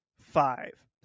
five